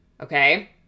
okay